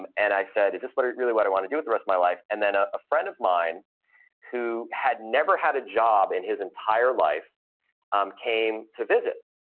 um and i said, is this really what i want to do with the rest of my life? and then ah a friend of mine who had never had a job in his entire life um came to visit.